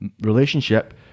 relationship